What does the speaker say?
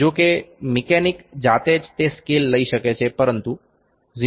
જો કે મિકેનિક જાતે જ તે સ્કેલ લઇ શકે છે પરંતુ 0